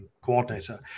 coordinator